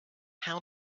how